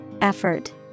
effort